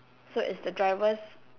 so it's the driver's